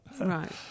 right